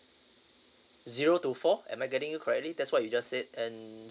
zero to four am I getting you correctly that's what you just said and